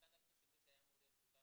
ההמלצה היא דווקא של מי שהיה אמור להיות שותף